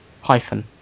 hyphen